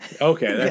Okay